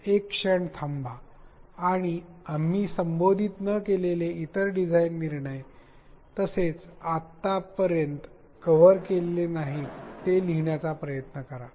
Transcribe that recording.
एक क्षण थांबा आणि आम्ही संबोधित न केलेले इतर डिझाइन निर्णय तसेच आपण जे आत्तापर्यंत कव्हर केलेले नाही ते लिहिण्याचा प्रयत्न करा